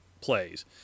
plays